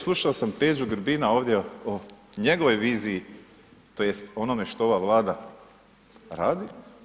Slušao sam Peđu Grbina ovdje o njegovoj viziji tj. o onome što ova Vlada radi.